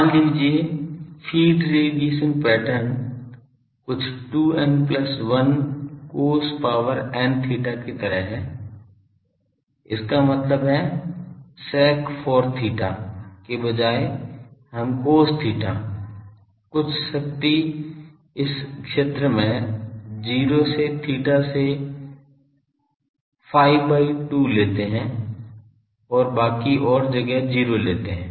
मान लीजिए feed radiation pattern कुछ 2 n plus 1 cos power n theta की तरह है इसका मतलब है sec 4 theta के बजाय हम cos theta कुछ शक्ति इस क्षेत्र में 0 से theta से phi by 2 लेते हैं और बाकि और जगह 0 लेते हैं